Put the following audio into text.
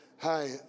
hi